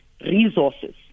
resources